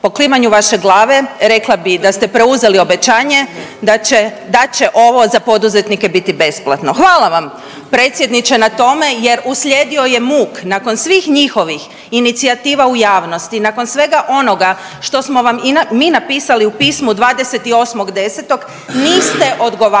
Po klimanju vaše glave rekla bih da ste preuzeli obećanje da će ovo za poduzetnike biti besplatno. Hvala vam predsjedniče na tome, jer uslijedio je muk nakon svih njihovih inicijativa u javnosti, nakon svega onoga što smo vam i mi napisali u pismu 28.10. niste odgovarali